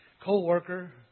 co-worker